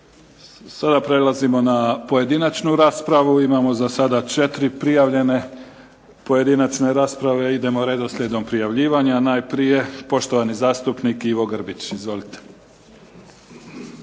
Sada prelazimo na pojedinačnu raspravu. Imamo za sada četiri prijavljene pojedinačne rasprave. Idemo redoslijedom prijavljivanja. Najprije poštovani zastupnik Ivo Grbić. Izvolite.